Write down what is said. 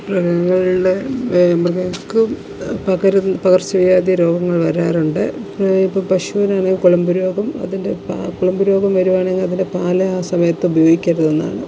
മൃഗങ്ങളിൽ മൃഗങ്ങൾക്ക് പകരുന്ന പകർച്ചവ്യാധി രോഗങ്ങൾ വരാറുണ്ട് ഇപ്പം ഇപ്പോൾ പശുവിനാണെങ്കിൽ കുളമ്പുരോഗം അതിൻ്റെ പ കുളമ്പുരോഗം വരുവാണെങ്കിൽ അതിൻ്റെ പാൽ ആ സമയത്ത് ഉപയോഗിക്കരുതെന്നാണ്